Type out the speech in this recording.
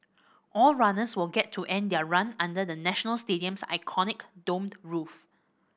all runners will get to end their run under the National Stadium's iconic domed roof